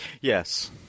yes